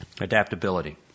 Adaptability